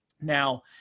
Now